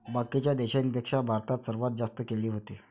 बाकीच्या देशाइंपेक्षा भारतात सर्वात जास्त केळी व्हते